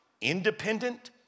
Independent